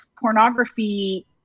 pornography